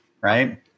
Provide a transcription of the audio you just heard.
right